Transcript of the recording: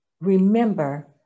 Remember